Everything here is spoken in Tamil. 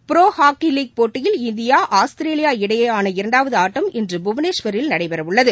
புரோ ஹாக்கி லீக் போட்டியில் இந்தியா ஆஸ்திரேலியா இடையேயான இரண்டாவது ஆட்டம் இன்று புவனேஸ்வரில் நடைபெறவுள்ளது